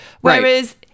whereas